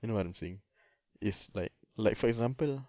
you know what I'm saying is like like for example